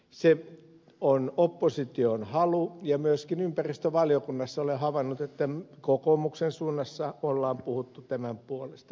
se on opposition halu ja myöskin ympäristövaliokunnassa olen havainnut että kokoomuksen suunnassa on puhuttu tämän puolesta